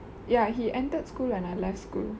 ya he entered school and I left school